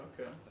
okay